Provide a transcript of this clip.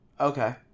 Okay